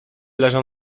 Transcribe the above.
leżą